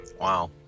Wow